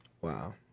Wow